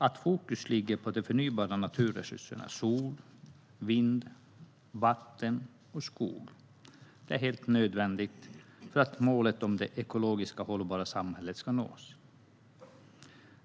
Att fokus ligger på de förnybara naturresurserna sol, vind, vatten och skog är helt nödvändigt för att målet om det ekologiskt hållbara samhället ska nås.